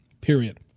Period